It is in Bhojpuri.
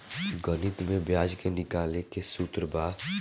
गणित में ब्याज के निकाले के सूत्र बा